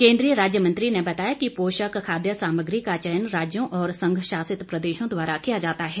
केंद्रीय राज्य मंत्री ने बताया कि पोषक खाद्य सामग्री का चयन राज्यों और संघ शासित प्रदेशों द्वारा किया जाता है